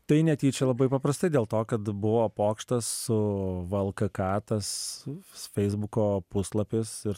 tai netyčia labai paprastai dėl to kad buvo pokštas su vlkk tas feisbuko puslapis ir